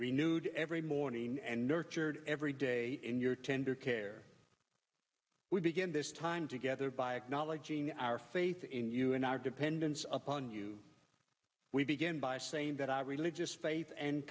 renewed every morning and nurtured every day in your tender care we begin this time together by acknowledging our faith in you and our dependence upon you we begin by saying that our religious faith and